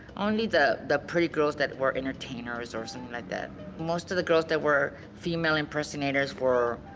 only the the pretty girls that were entertainers, or something like that. most of the girls that were female impersonators were,